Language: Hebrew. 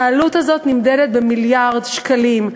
העלות הזאת נאמדת במיליארד שקלים.